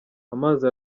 amazi